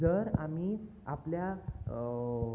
जर आमी आपल्या